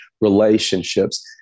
relationships